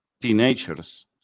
teenagers